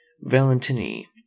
Valentini